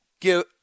give